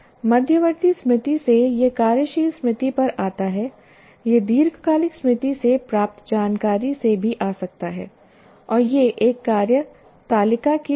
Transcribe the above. मध्यवर्ती स्मृति से यह कार्यशील स्मृति पर आता है यह दीर्घकालिक स्मृति से प्राप्त जानकारी से भी आ सकता है और यह एक कार्य तालिका की तरह है